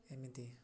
ଏମିତି